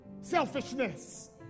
selfishness